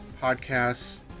podcasts